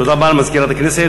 תודה רבה למזכירת הכנסת.